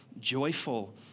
joyful